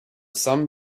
sum